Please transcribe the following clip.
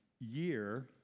year